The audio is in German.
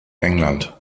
england